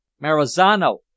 Marizano